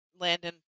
Landon